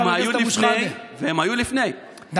והם היו לפני,